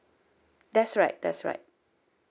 that's right that's right